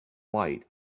white